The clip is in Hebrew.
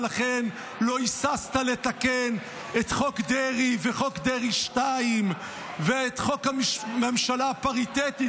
ולכן לא היססת לתקן את חוק דרעי וחוק דרעי 2 ואת חוק הממשלה הפריטטית,